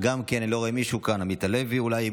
אני לא רואה מישהו כאן, עמית הלוי, אולי?